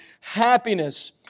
happiness